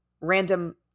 random